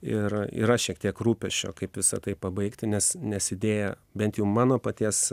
ir yra šiek tiek rūpesčio kaip visa tai pabaigti nes nes idėja bent jau mano paties